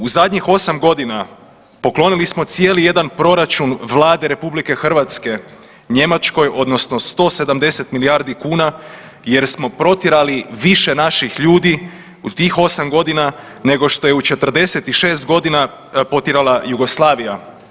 U zadnjih osam godina poklonili smo cijeli jedan proračun Vlade Republike Hrvatske Njemačkoj, odnosno 170 milijardi kuna jer smo protjerali više naših ljudi u tih osam godina, nego što je u 46 godina potjerala Jugoslavija.